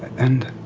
and